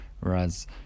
Whereas